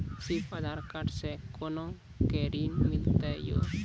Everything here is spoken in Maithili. सिर्फ आधार कार्ड से कोना के ऋण मिलते यो?